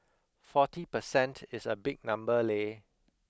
forty per cent is a big number leh